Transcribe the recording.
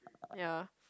yeah